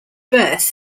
birth